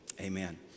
Amen